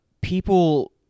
People